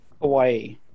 hawaii